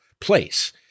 place